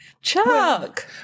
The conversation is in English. Chuck